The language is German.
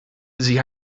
sie